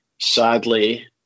sadly